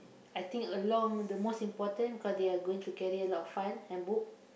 I think a long the most important cause they're going to carry a lot of file and book